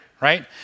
right